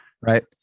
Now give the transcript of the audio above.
right